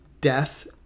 Death